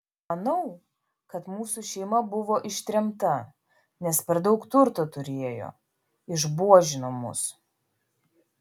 manau kad mūsų šeima buvo ištremta nes per daug turto turėjo išbuožino mus